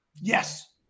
Yes